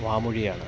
വാമൊഴിയാണ്